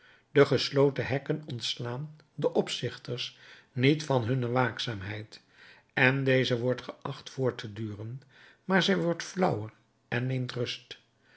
de gesloten hekken ontslaan de opzichters niet van hun waakzaamheid en deze wordt geacht voort te duren maar zij wordt flauwer en neemt rust